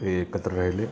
हे एकत्र राहिले